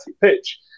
pitch